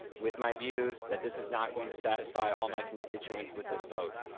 with my views, that this is not going to satisfy all my constituents with this vote.